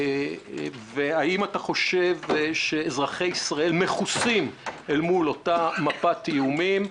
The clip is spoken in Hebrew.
האם אתה חושב שאזרחי ישראל מכוסים אל מול אותה מפת איומים?